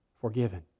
forgiven